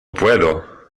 puedo